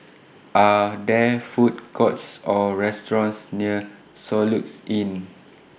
Are There Food Courts Or restaurants near Soluxe Inn